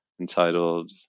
entitled